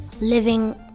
living